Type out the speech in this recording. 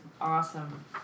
awesome